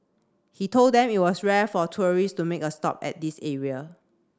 he told them it was rare for tourists to make a stop at this area